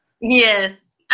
Yes